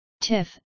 Tiff